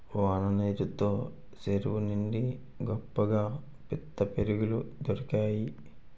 వాన నీరు తో సెరువు నిండి గొప్పగా పిత్తపరిగెలు దొరికేయి